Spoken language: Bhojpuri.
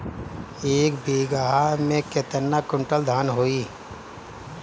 एक बीगहा में केतना कुंटल धान होई?